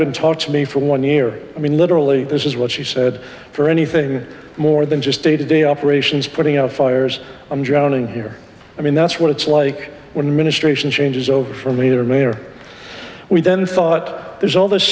even talk to me for one year i mean literally this is what she said for anything more than just day to day operations putting out fires i'm drowning here i mean that's what it's like when ministration changes over from either mine or we then thought there's all this